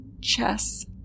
chess